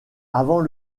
avant